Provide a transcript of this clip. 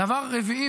דבר רביעי,